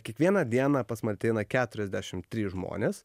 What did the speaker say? kiekvieną dieną pas man ateina keturiasdešim trys žmonės